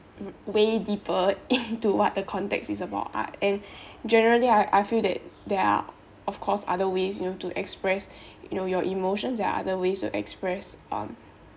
um way deeper into what the context is about art and generally I I feel that there are of course other ways you know to express you know your emotions there are other ways to express um